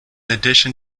addition